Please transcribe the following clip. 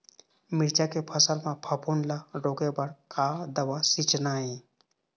मिरचा के फसल म फफूंद ला रोके बर का दवा सींचना ये?